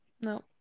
No